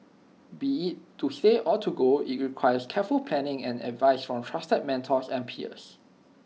be IT to stay or to go IT requires careful planning and advice from trusted mentors and peers